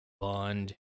bond